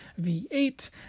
V8